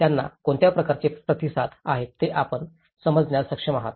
त्यांना कोणत्या प्रकारचे प्रतिसाद आहेत हे आपण समजण्यास सक्षम आहात